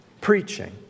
preaching